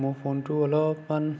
মোৰ ফোনটো অলপমান